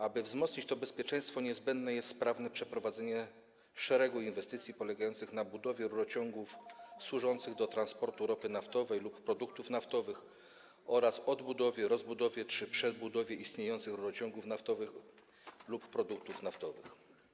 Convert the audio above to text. Aby wzmocnić to bezpieczeństwo, niezbędne jest sprawne przeprowadzenie szeregu inwestycji polegających na budowie rurociągów służących do transportu ropy naftowej lub produktów naftowych oraz odbudowie, rozbudowie czy przebudowie istniejących rurociągów naftowych lub produktów naftowych.